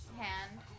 hand